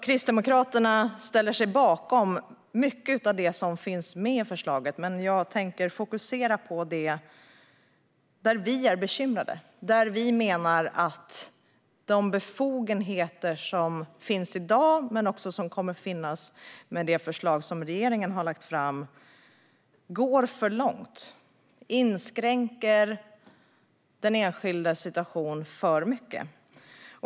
Kristdemokraterna ställer sig bakom mycket av det som finns med i förslaget, men jag tänker fokusera på ett område där vi är bekymrade och menar att de befogenheter som finns i dag och som kommer att finnas med det förslag som regeringen har lagt fram går för långt och inskränker den enskildes situation för mycket.